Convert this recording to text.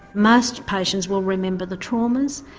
most patients will remember the traumas,